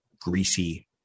greasy